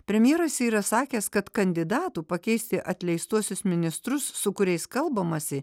premjeras yra sakęs kad kandidatų pakeisti atleistuosius ministrus su kuriais kalbamasi